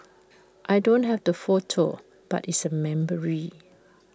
I don't have the photo but it's A memory